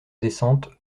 descente